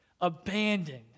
abandoned